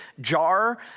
jar